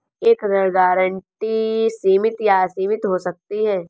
एक ऋण गारंटी सीमित या असीमित हो सकती है